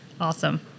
Awesome